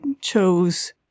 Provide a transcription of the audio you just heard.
chose